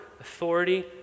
authority